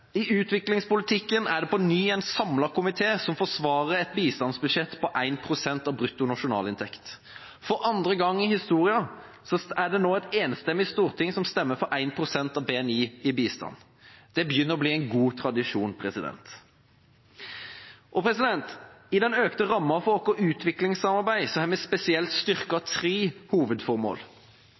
I utviklingspolitikken er det på ny en samlet komité som forsvarer et bistandsbudsjett på 1 pst. av bruttonasjonalinntekt. For andre gang i historien er det nå et enstemmig storting som stemmer for 1 pst. av BNI i bistand! Det begynner å bli en god tradisjon. I den økte rammen for vårt utviklingssamarbeid har vi styrket spesielt tre hovedformål: